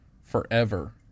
forever